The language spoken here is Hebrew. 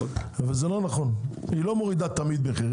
וזה לא נכון, היא לא תמיד מורידה מחירים.